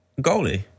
Goalie